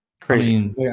Crazy